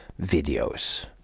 videos